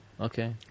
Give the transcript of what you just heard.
Okay